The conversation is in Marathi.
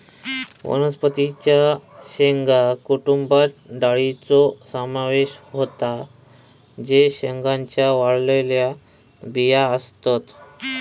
वनस्पतीं च्या शेंगा कुटुंबात डाळींचो समावेश होता जे शेंगांच्या वाळलेल्या बिया असतत